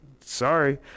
sorry